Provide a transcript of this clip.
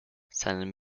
seinen